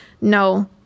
no